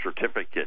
certificate